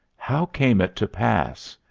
how came it to pass?